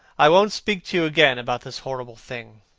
i won't speak to you again about this horrible thing,